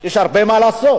הרבה מה לעשות.